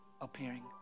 appearing